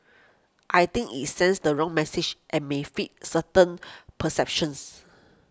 I think it sends the wrong message and may feed certain perceptions